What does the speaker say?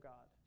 God